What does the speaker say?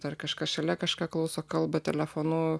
dar kažkas šalia kažką klauso kalba telefonu